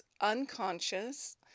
unconscious